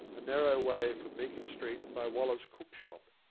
a narrow way from meakin street by walker's cook shop,